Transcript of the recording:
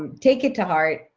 take it to heart.